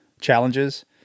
challenges